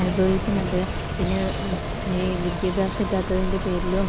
അനുഭവിക്കുന്നുണ്ട് പിന്നെ ഈ വിദ്യാഭ്യാസം ഇല്ലാത്തതിൻ്റെ പേരിലോ